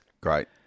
Great